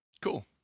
Cool